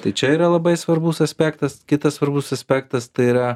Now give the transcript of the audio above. tai čia yra labai svarbus aspektas kitas svarbus aspektas tai yra